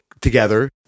together